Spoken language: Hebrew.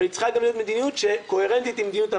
אבל היא צריכה להיות מדיניות שהיא קוהרנטית עם מדיניות המס.